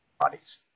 bodies